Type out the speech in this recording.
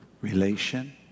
relation